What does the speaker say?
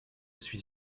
suis